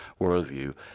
worldview